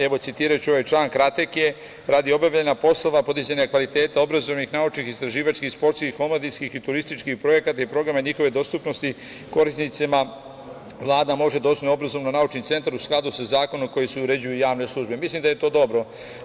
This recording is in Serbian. Evo, citiraću ovaj član, kratak je: „Radi obavljanja poslova podizanja kvaliteta obrazovnih, naučnih, istraživačkih, sportskih, omladinskih i turističkih projekata i programa i njihove dostupnosti korisnicima, Vlada može da osnuje obrazovno-naučni centar u skladu sa zakonom kojim se uređuju javne službe.“ Mislim da je to dobro.